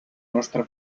nostre